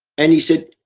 and he said,